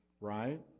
right